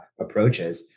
approaches